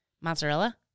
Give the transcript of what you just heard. Mozzarella